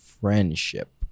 friendship